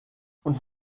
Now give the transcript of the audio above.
und